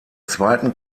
zweiten